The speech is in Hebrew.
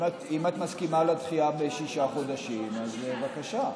אם את מסכימה לדחייה בשישה חודשים, אז בבקשה.